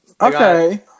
okay